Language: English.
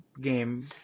game